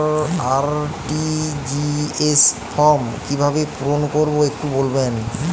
RTGS form কিভাবে পূরণ করবো একটু বলবেন?